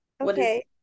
okay